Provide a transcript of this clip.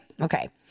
Okay